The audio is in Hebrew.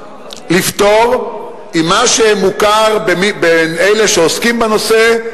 באה לפתור הוא מה שמוכר בין אלה שעוסקים בנושא: